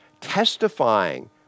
testifying